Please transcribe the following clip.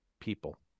people